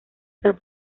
san